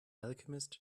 alchemist